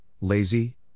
lazy